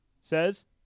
says